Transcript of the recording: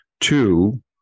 Two